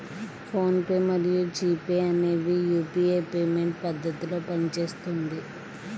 phone pay మరియు G Pay అనేవి UPI payment పద్ధతిలో పనిచేస్తుంది